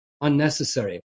unnecessary